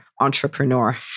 entrepreneur